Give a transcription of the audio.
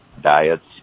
diets